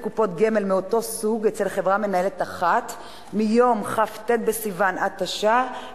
קופות גמל מאותו סוג אצל חברה מנהלת אחת מיום כ"ט בסיוון התשע"א,